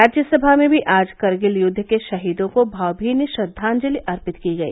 राज्यसभा में भी आज करगिल युद्व के शहीदों को भावभीनी श्रद्वांजलि अर्पित की गई